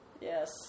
Yes